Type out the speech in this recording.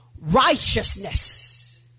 Righteousness